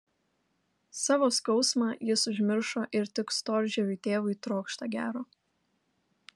savo skausmą jis užmiršo ir tik storžieviui tėvui trokšta gero